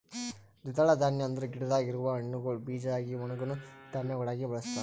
ದ್ವಿದಳ ಧಾನ್ಯ ಅಂದುರ್ ಗಿಡದಾಗ್ ಇರವು ಹಣ್ಣುಗೊಳ್ ಬೀಜ ಆಗಿ ಒಣುಗನಾ ಧಾನ್ಯಗೊಳಾಗಿ ಬಳಸ್ತಾರ್